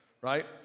right